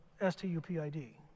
S-T-U-P-I-D